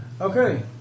Okay